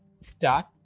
start